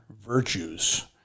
Virtues